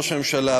ראש הממשלה,